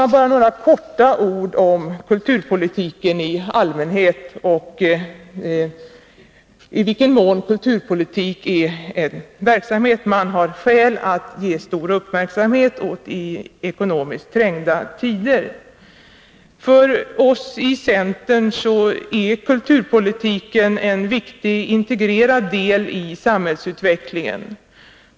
Jag skall begränsa mig till att bara säga några ord om kulturpolitiken i allmänhet och om i vilken mån kulturpolitik är en verksamhet som man har skäl att ge stor uppmärksamhet i ekonomiskt trängda tider. För oss i centern är kulturpolitiken en viktig integrerad del av samhällsutvecklingen.